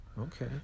Okay